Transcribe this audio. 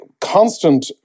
constant